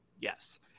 Yes